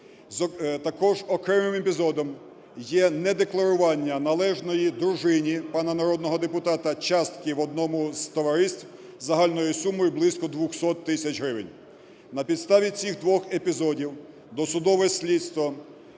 Також окремим епізодом є недекларування, належної дружині пана народного депутата, частки в одному з товариств загальною сумою близько 200 тисяч гривень. На підставі цих двох епізодів досудове слідство